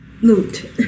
loot